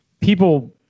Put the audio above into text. people